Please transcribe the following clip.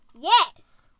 Yes